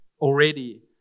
already